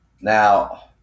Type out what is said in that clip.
Now